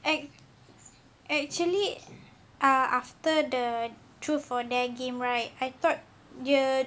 act~ actually uh after the truth or dare game right I thought dia